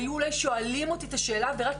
היו אולי שואלים אותי את השאלה ורק